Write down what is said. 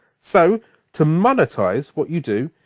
so to monetize what you do,